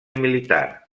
militar